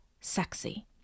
sexy